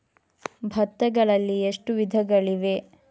ಭತ್ತಗಳಲ್ಲಿ ಎಷ್ಟು ವಿಧಗಳಿವೆ?